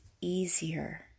easier